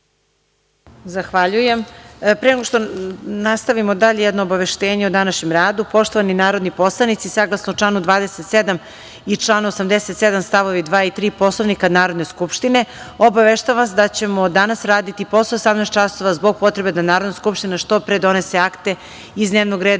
Zahvaljujem. Pre nego što nastavimo dalje, jedno obaveštenje o današnjem radu. Poštovani narodni poslanici, saglasno članu 27. i članu 87. st. 2. i 3. Poslovnika Narodne skupštine, obaveštavam vas da ćemo danas raditi i posle 18.00 časova, zbog potrebe da Narodna skupština što pre donese akte iz dnevnog reda